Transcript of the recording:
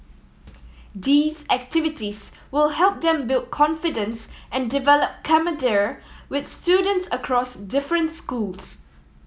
these activities will help them build confidence and develop camaraderie with students across different schools